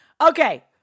okay